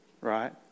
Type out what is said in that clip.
right